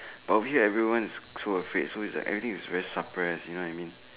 but over here everyone is so afraid everyone is very suppressed you know what I mean